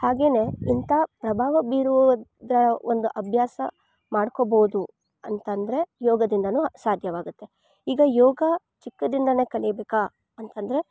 ಹಾಗೇನೆ ಇಂತ ಪ್ರಬಾವ ಬೀರುದ್ರ ಒಂದು ಅಬ್ಯಾಸ ಮಾಡ್ಕೋಬೋದು ಅಂತಂದ್ರೆ ಯೋಗದಿಂದನು ಸಾದ್ಯವಾಗತ್ತೆ ಈಗ ಯೋಗ ಚಿಕ್ಕದಿಂದನೇ ಕಲೀಬೇಕಾ ಅಂತಂದ್ರೆ